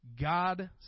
God